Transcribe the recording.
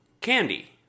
Candy